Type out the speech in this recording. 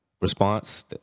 response